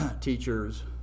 teachers